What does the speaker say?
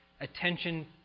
attention